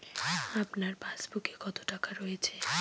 আপনার পাসবুকে কত টাকা রয়েছে?